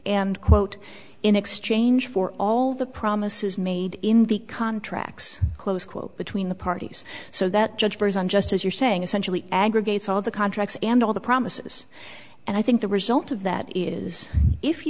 and quote in exchange for all the promises made in the contracts close quote between the parties so that judge bears on just as you're saying essentially aggregates all the contracts and all the promises and i think the result of that is if you